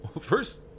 first